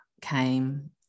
came